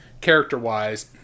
character-wise